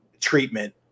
treatment